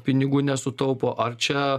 pinigų nesutaupo ar čia